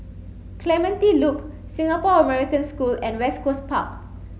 Clementi Loop Singapore American School and West Coast Park